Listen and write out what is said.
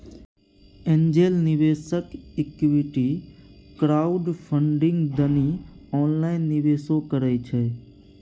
angel निवेशक equity crowdfunding दनी online निवेशो करइ छइ